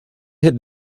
had